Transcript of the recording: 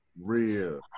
Real